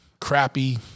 crappy